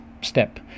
step